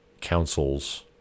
councils